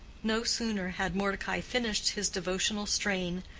no sooner had mordecai finished his devotional strain,